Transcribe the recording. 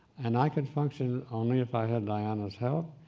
and i could function only if i had diana's help.